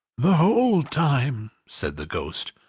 the whole time, said the ghost.